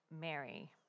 Mary